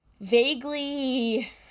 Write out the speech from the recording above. vaguely